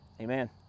Amen